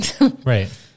Right